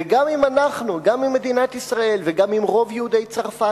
וגם אם מדינת ישראל וגם אם רוב יהודי צרפת